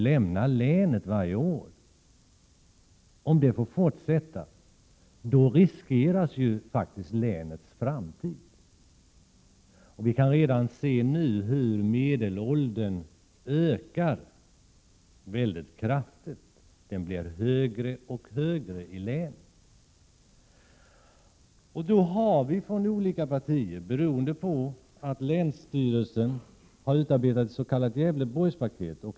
Om detta får fortsätta riskeras faktiskt länets framtid. Man kan redan nu se hur medelåldern ökar kraftigt. Länsstyrelsen har utarbetat ett s.k. Gävleborgspaket.